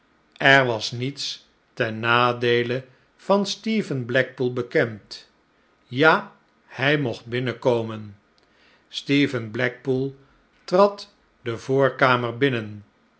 er was niets ten nadeele van stephen blackpool bekend ja hij mocht binnenkomen stephen blackpool trad de voorkamer binnen